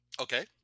Okay